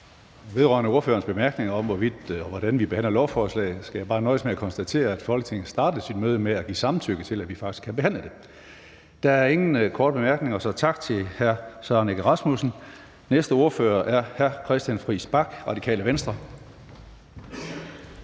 hensyn til ordførerens bemærkninger om, hvordan vi behandler lovforslaget, skal jeg bare nøjes med at konstatere, at Folketinget startede sit møde med at give samtykke til, at vi faktisk kan behandle det. Der er ingen korte bemærkninger, så vi siger tak til hr. Søren Egge Rasmussen. Den næste ordfører er hr. Christian Friis Bach, Radikale Venstre.